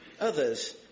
others